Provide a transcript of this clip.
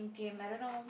game I don't know